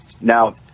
Now